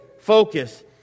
Focus